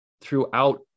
throughout